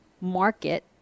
market